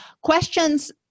questions